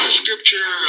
scripture